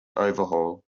overhaul